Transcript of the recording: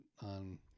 on